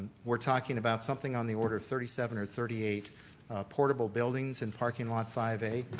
we're talking about something on the order of thirty seven or thirty eight portable buildings in parking lot five a,